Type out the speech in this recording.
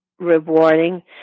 Rewarding